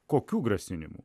kokių grasinimų